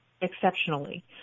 exceptionally